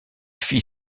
fit